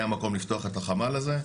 היה מקום לפתוח את החמ"ל הזה,